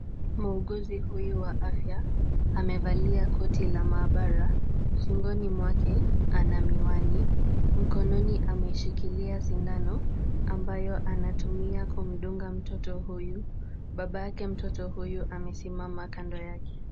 Muuguzi huyu wa afya, amevalia koti la maabara. Shingoni mwake ana miwani. Mkononi ameshikilia sindano ambayo anatumia kumdunga mtoto huyu ,babake mtoto huyu amesimama kando yake.